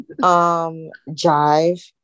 jive